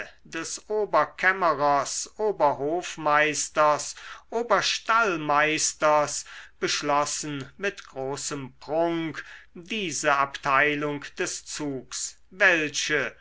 des oberkämmerers oberhofmeisters oberstallmeisters beschlossen mit großem prunk diese abteilung des zugs welche